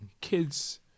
kids